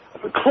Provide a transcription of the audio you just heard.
close